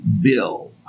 Bill